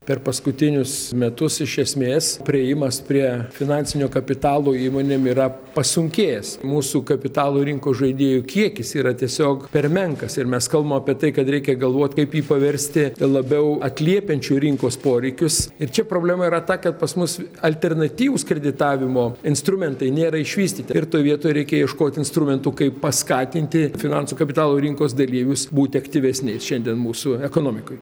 per paskutinius metus iš esmės priėjimas prie finansinio kapitalo įmonėm yra pasunkėjęs mūsų kapitalo rinkos žaidėjų kiekis yra tiesiog per menkas ir mes kalbam apie tai kad reikia galvot kaip jį paversti labiau atliepiančiu rinkos poreikius ir čia problema yra ta kad pas mus alternatyvūs kreditavimo instrumentai nėra išvystyti ir toj vietoj reikia ieškoti instrumentų kaip paskatinti finansų kapitalo rinkos dalyvius būti aktyvesniais šiandien mūsų ekonomikoj